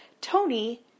Tony